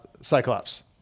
Cyclops